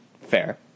Fair